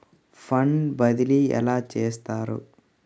Fund బదిలీ ఎలా చేస్తారు?